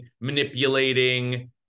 manipulating